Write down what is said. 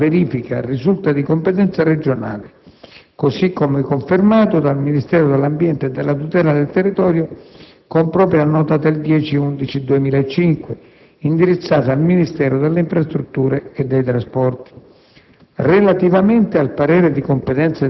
per le quali la procedura di VIA o la verifica risulta di competenza regionale, così come confermato dal Ministero dell'ambiente e della tutela del territorio con propria nota del 10 novembre 2005, indirizzata al Ministero delle infrastrutture e dei trasporti.